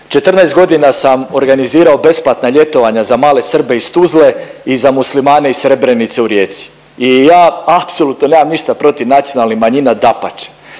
14.g. sam organizirao besplatna ljetovanja za male Srbe iz Tuzle i za Muslimane iz Srebrenice u Rijeci i ja apsolutno nemam ništa protiv nacionalnih manjina, dapače,